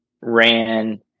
ran